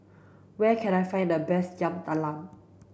where can I find the best Yam Talam